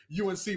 UNC